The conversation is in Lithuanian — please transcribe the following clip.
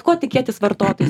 ko tikėtis vartotojui